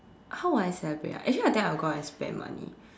how would I celebrate ah actually I think I will go out and spend money